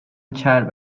چرب